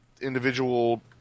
individual